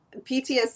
ptsd